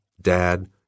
dad